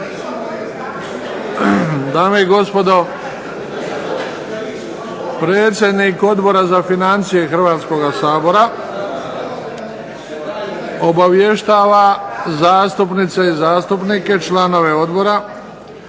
Dame i gospodo predsjednik Odbora za financije Hrvatskoga sabora obavještava zastupnice i zastupnike članove odbora